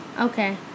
okay